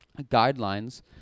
guidelines